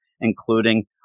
including